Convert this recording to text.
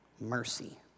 mercy